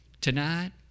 Tonight